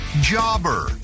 Jobber